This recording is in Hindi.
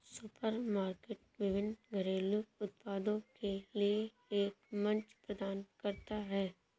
सुपरमार्केट विभिन्न घरेलू उत्पादों के लिए एक मंच प्रदान करता है